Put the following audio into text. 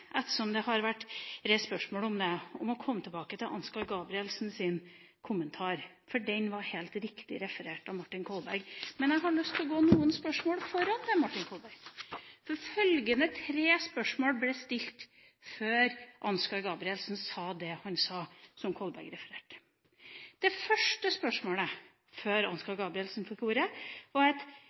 ettersom det har vært reist spørsmål om det, å komme tilbake til Ansgar Gabrielsens kommentar, som var helt riktig referert av Martin Kolberg. Men jeg har lyst til gå til noen spørsmål før det. Følgende tre spørsmål ble stilt før Ansgar Gabrielsen sa det han sa, og som Kolberg refererte. Det første spørsmålet før Ansgar Gabrielsen fikk ordet, var: «Var det slik at